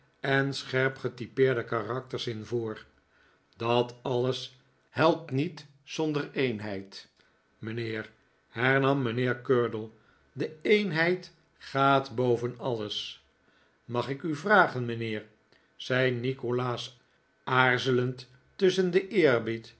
en scherp getypeerde karakters in voor dat alles helpt niet zonder de eenheid mijnheer hernam mijnheer curdle de eenheid gaat boven alles mag ik u vragen mijnheer zei nikolaas aarzelend tusschen den eerbied